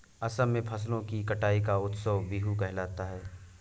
असम में फसलों की कटाई का उत्सव बीहू कहलाता है